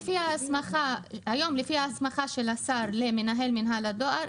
לפי ההסמכה של השר למנהל מינהל הדואר,